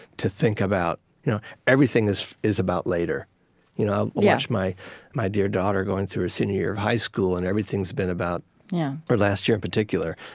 to think about you know everything is is about later. i you know watch my my dear daughter going through her senior year of high school, and everything's been about yeah or last year in particular,